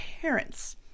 parents